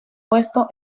puesto